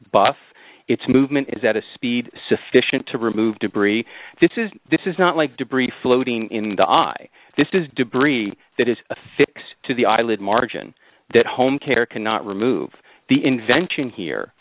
buff its movement is at a speed sufficient to remove debris this is this is not like debris floating in the eye this is debris that is a fix to the eyelid margin that homecare cannot remove the invention here